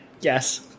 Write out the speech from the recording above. Yes